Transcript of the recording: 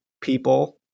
people